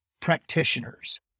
practitioners